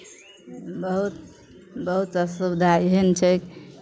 बहुत बहुत असुविधा एहन छै